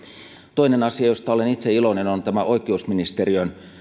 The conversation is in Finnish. toinen asia josta olen itse iloinen on oikeusministeriön